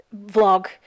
vlog